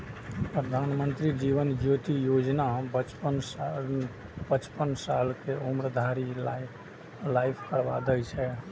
प्रधानमंत्री जीवन ज्योति बीमा योजना पचपन साल के उम्र धरि लाइफ कवर दै छै